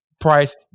price